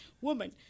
woman